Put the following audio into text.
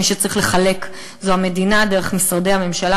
מי שצריך לחלק זה המדינה דרך משרדי הממשלה,